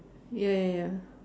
ya ya ya